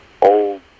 old